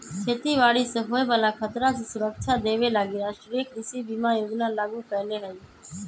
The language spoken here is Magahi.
खेती बाड़ी से होय बला खतरा से सुरक्षा देबे लागी राष्ट्रीय कृषि बीमा योजना लागू कएले हइ